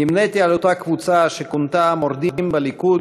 נמניתי עם אותה קבוצה שכונתה "המורדים" בליכוד,